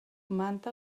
manta